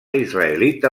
israelita